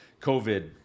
COVID